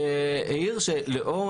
הדוח העיר שלאור